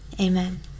Amen